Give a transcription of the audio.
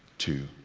two,